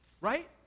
right